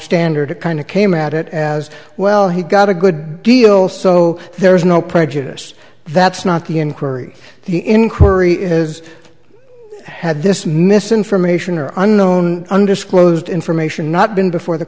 standard kind of came at it as well he got a good deal so there is no prejudice that's not the inquiry the inquiry is had this misinformation or unknown undisclosed information not been before the